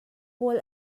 pawl